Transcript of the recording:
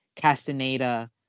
Castaneda